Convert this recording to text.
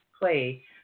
play